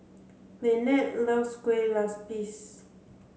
Lynette loves Kueh Lupis